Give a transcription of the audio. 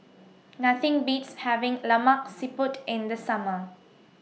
Nothing Beats having Lemak Siput in The Summer